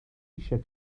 eisiau